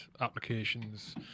applications